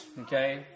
okay